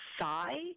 sigh